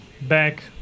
back